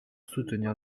soutenir